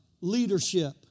leadership